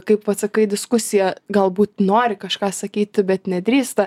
kai vat sakai diskusija galbūt nori kažką sakyti bet nedrįsta